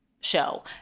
show